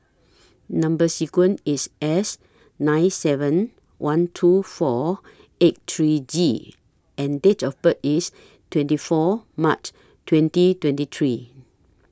Number sequence IS S nine seven one two four eight three G and Date of birth IS twenty four March twenty twenty three